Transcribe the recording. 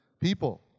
people